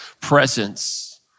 presence